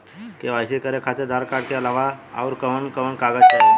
KYC करे खातिर Aadhaar card के अलावा आउरकवन कवन कागज चाहीं?